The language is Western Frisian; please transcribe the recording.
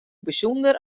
bysûnder